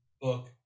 book